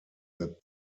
that